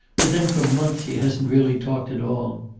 but then, for months, he hasn't really talked at all.